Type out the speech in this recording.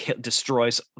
destroys